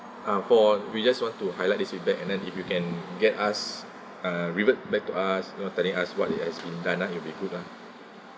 ah for we just want to highlight this feedback and then if you can get us uh revert back to us you know telling us what it has been done ah it'll be good ah